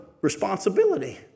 responsibility